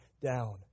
down